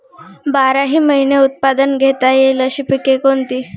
बाराही महिने उत्पादन घेता येईल अशी पिके कोणती?